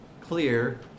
clear